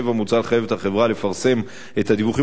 7. מוצע לחייב את החברה לפרסם את הדיווחים